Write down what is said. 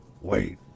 wait